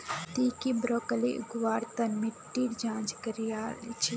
ती की ब्रोकली उगव्वार तन मिट्टीर जांच करया छि?